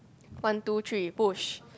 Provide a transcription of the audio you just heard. one two three push